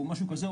או משהו כזה,